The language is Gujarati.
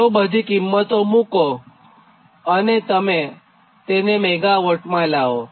તો બધી કિંમતો મૂકો અને તેને મેગાવોટમાં લાવો